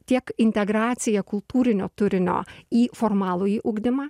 tiek integracija kultūrinio turinio į formalųjį ugdymą